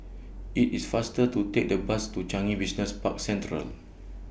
IT IS faster to Take The Bus to Changi Business Park Central